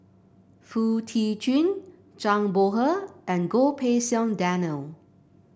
Foo Tee Jun Zhang Bohe and Goh Pei Siong Daniel